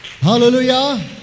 Hallelujah